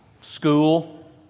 school